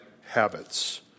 habits